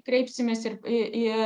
kreipsimės ir į į